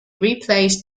replaced